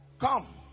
Come